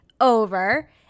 over